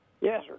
Yes